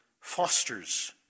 fosters